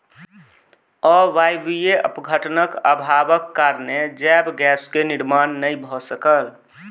अवायवीय अपघटनक अभावक कारणेँ जैव गैस के निर्माण नै भअ सकल